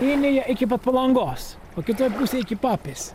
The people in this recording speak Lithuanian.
liniją iki pat palangos o kitoj pusėj iki papės